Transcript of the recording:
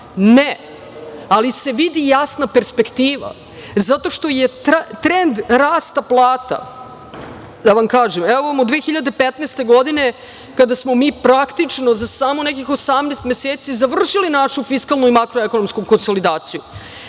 ne, ali se vidi jasna perspektiva zato što je trend rasta plata, da vam kažem, od 2015. godine kada smo mi praktično za samo nekih 18 meseci završili našu fiskalnu i makroekonomsku konsolidaciju